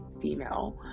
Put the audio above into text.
female